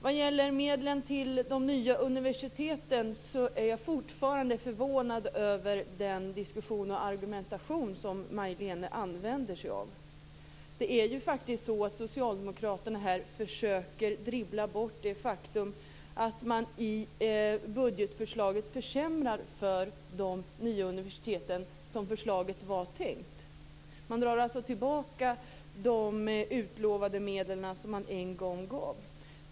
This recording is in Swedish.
Vad gäller medlen till de nya universiteten är jag fortfarande förvånad över den diskussion och argumentation som Majléne Westerlund Panke använder sig av. Socialdemokraterna försöker här dribbla bort det faktum att man i budgetförslaget försämrar för de nya universiteten, som förslaget var tänkt. Man drar alltså tillbaka de utlovade medel som man en gång gav.